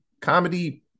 comedy